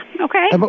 okay